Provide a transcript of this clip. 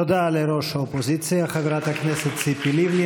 תודה לראש האופוזיציה חברת הכנסת ציפי לבני,